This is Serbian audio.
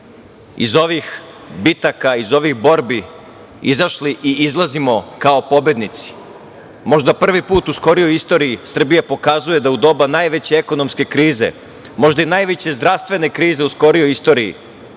iz ovih bitaka, iz ovih borbi izašli i izlazimo kao pobednici, možda prvi put u skorijoj istoriji Srbija pokazuje da u doba najveće ekonomske krize, možda i najveće zdravstvene krize u skorijoj istoriji